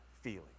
feeling